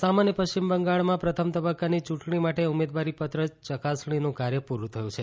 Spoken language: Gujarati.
આસામ અને પશ્ચિમ બંગાળમાં પ્રથમ તબક્કાની ચૂંટણી માટે ઉમેદવારીપત્ર ચકાસણીનું કાર્ય પૂરું થયું છે